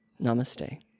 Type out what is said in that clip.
Namaste